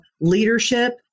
leadership